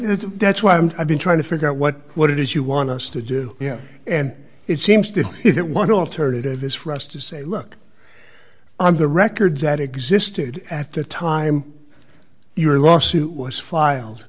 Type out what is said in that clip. of it that's why i'm i've been trying to figure out what what it is you want us to do yeah and it seems to me that one alternative is for us to say look i'm the records that existed at the time your lawsuit was filed